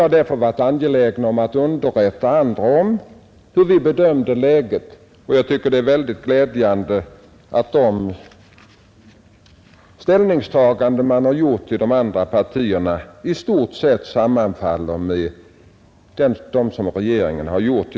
Tvärtom har vi varit mycket angelägna om att underrätta andra om hur vi bedömt läget, och det är mycket glädjande att de ställningstaganden man gjort i de andra partierna i stort sett sammanfaller med dem som regeringen har intagit.